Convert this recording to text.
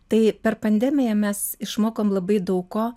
tai per pandemiją mes išmokom labai daug ko